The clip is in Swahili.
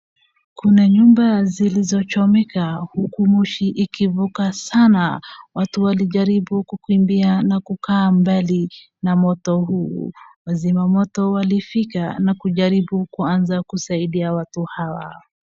Kuna nyumba zilizochomeka uku moshi ikivuka sana, watu walijaribu kukimbia na kukaa mbali na moto huu. Wazima moto walifika na kujaribu kuaza kusaidia watu hawa.